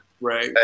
right